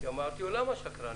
אמרתי לו: למה שקרן?